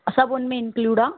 सभु उनमें इंक्लूड आहे